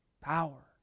power